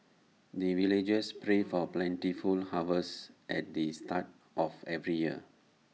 the villagers pray for plentiful harvest at the start of every year